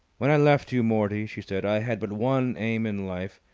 when i left you, mortie, she said, i had but one aim in life,